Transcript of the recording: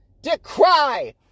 decry